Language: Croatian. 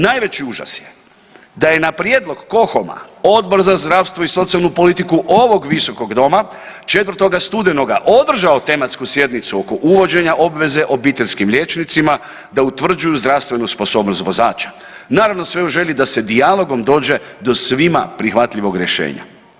Najveći užas je da je na prijedlog KoHOM-a Odbor za zdravstvo i socijalnu politiku ovog Visokog doma 4. studenoga održao tematsku sjednicu oko uvođenje obveze obiteljskim liječnicima da utvrđuju zdravstvenu sposobnost vozača, naravno, sve u želji da se dijalogom dođe do svima prihvatljivog rješenja.